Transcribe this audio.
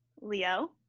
Leo